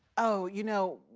oh, you know,